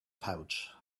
pouch